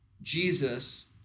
Jesus